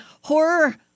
Horror